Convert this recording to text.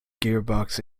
gearbox